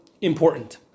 important